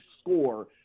score